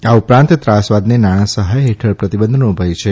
આ ઉપરાંત ત્રાસવાદને નાણાં સહાય હેઠલ પ્રતિબંધનો ભય છે